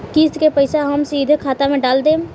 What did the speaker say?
किस्त के पईसा हम सीधे खाता में डाल देम?